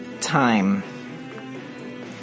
time